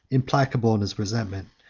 implacable in his resentment,